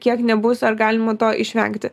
kiek nebus ar galima to išvengti